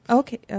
okay